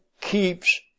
keeps